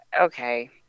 okay